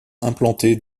implanté